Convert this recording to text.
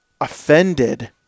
offended